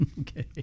okay